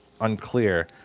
unclear